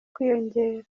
kwiyongera